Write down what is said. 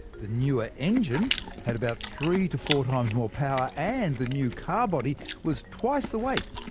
the newer engine had about three to four times more power, and the new car body was twice the weight,